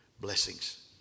blessings